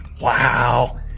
Wow